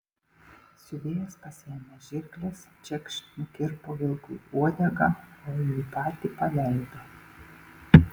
siuvėjas pasiėmė žirkles čekšt nukirpo vilkui uodegą o jį patį paleido